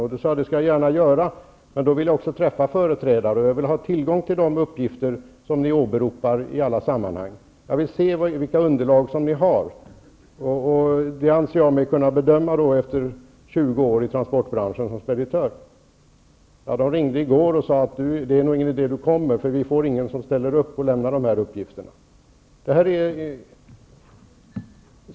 Jag sade att det skall jag gärna göra, men då vill jag också träffa olika företrädare och jag vill ha tillgång till de uppgifter som ni åberopar i alla sammanhang. Jag vill se vilket underlag ni har, och detta anser jag mig kunna bedöma efter 20 års verksamhet som speditör i transportbranschen. Man ringde i går och sade att det är nog ingen idé att du kommer, för vi får inga som ställer upp och lämnar de här uppgifterna.